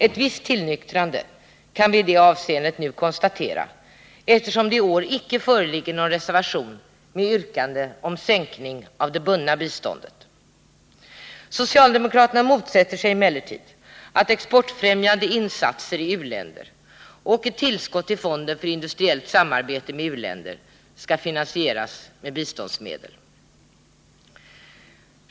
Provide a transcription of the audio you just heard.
Ett visst tillnyktrande kan vi i det avseendet nu konstatera, eftersom det icke föreligger någon reservation med yrkande om sänkning av det bundna biståndet. Socialdemokraterna motsätter sig emellertid att exportfrämjande insatser i u-länder och tillskott till fonden för industriellt samarbete med u-länder skall finansieras med biståndsmedel.